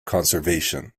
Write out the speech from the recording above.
conservation